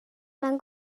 mewn